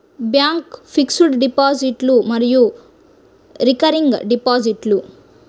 bank fixed డిపాజిట్లు మరియు recurring డిపాజిట్లు